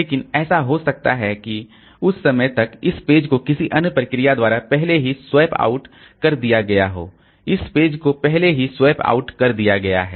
लेकिन ऐसा हो सकता है कि इस समय तक इस पेज को किसी अन्य प्रोसेस द्वारा पहले ही स्वैप आउट कर दिया गया हो इस पेज को पहले ही स्वैप आउट कर दिया गया है